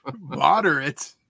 moderate